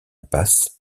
passe